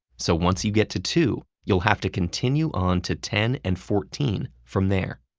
so once you get to two, you'll have to continue on to ten and fourteen from there.